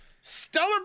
Stellar